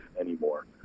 anymore